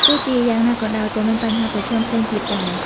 ទោះជាយ៉ាងណាក៏ដោយ ក៏មានបញ្ហាប្រឈមផ្សេងទៀតដែរ។